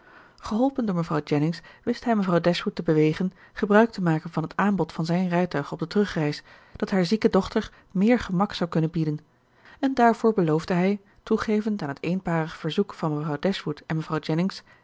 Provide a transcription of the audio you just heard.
geholpen door mevrouw jennings wist hij mevrouw dashwood te bewegen gebruik te maken van het aanbod van zijn rijtuig op de terugreis dat haar zieke dochter meer gemak zou kunnen bieden en daarvoor beloofde hij toegevend aan het eenparig verzoek van mevrouw dashwood en mevrouw jennings